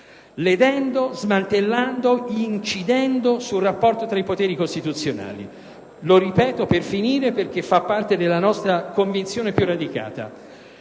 ledendo, smantellando ed incidendo sul rapporto tra i poteri costituzionali. In conclusione - lo ripeto, perché fa parte della nostra convinzione più radicata